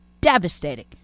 devastating